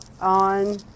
on